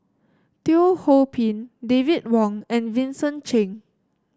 Teo Ho Pin David Wong and Vincent Cheng